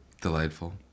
delightful